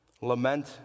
Lament